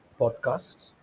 podcasts